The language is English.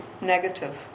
negative